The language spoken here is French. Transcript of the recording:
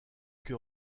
que